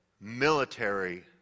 military